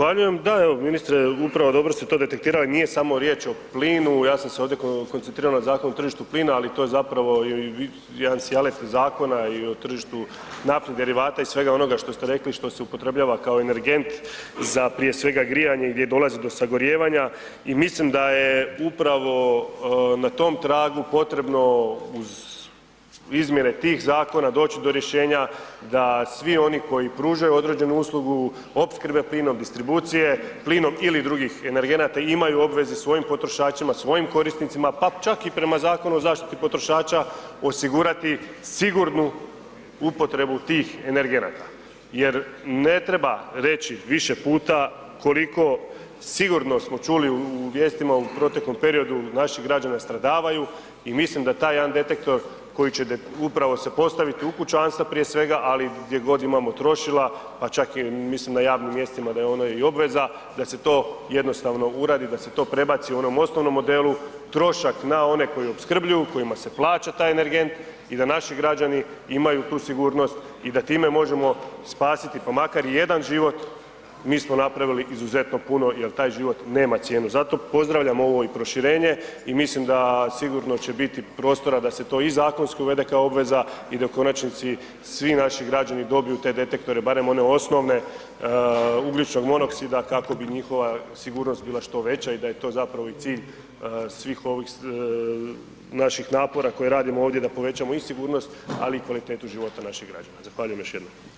Zahvaljujem, da evo ministre upravo dobro ste to detektirali, nije samo riječ o plinu, ja sam se ovdje koncentrirao na Zakon o tržištu plina, ali to je zapravo jedan … [[Govornik se ne razumije]] zakona i o tržištu naftnih derivata i svega onoga što ste rekli što se upotrebljava kao energent za prije svega grijanje i gdje dolazi do sagorijevanja i mislim da je upravo na tom tragu potrebno uz izmjene tih zakona doći do rješenja da svi oni koji pružaju određenu uslugu opskrbe plinom, distribucije plinom ili drugih energenata imaju u obvezi svojim potrošačima, svojim korisnicima, pa čak i prema Zakonu o zaštiti potrošača osigurati sigurnu upotrebu tih energenata jer ne treba reći više puta koliko, sigurno smo čuli u vijestima, u proteklom periodu naših građana stradavaju i mislim da taj jedan detektor koji će upravo se postavit u kućanstva prije svega, ali gdje god imamo trošila, pa čak i mislim na javnim mjestima da je ono i obveza da se to jednostavno uradi, da se to prebaci onom osnovnom modelu trošak na one koji opskrbljuju, kojima se plaća taj energent i da naši građani imaju tu sigurnost i da time možemo spasiti pa makar i jedan život mi smo napravili izuzetno puno jel taj život nema cijenu, zato pozdravljam ovo i proširenje i mislim da sigurno će biti prostora da se to i zakonski uvede kao obveza i da u konačnici svi naši građani dobiju te detektore, barem one osnovne ugljičnog monoksida kako bi njihova sigurnost bila što veća i da je to zapravo i cilj svih ovih naših napora koje radimo ovdje da povećamo i sigurnost, ali i kvalitetu građana naših građana, zahvaljujem još jednom.